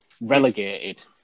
relegated